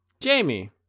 Jamie